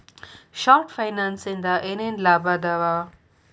short ಫೈನಾನ್ಸಿನಿಂದ ಏನೇನ್ ಲಾಭದಾವಾ